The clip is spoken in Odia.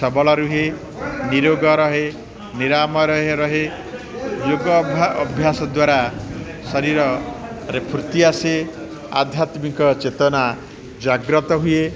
ସବଳ ରୁହେ ନିରୋଗ ରହେ ନିରାମ ରହେ ରହେ ଯୋଗ ଅଭା ଅଭ୍ୟାସ ଦ୍ୱାରା ଶରୀରରେ ଫୁର୍ତ୍ତି ଆସେ ଆଧ୍ୟାତ୍ମିକ ଚେତନା ଜାଗ୍ରତ ହୁଏ